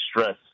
stress—